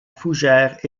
fougères